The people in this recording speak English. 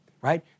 right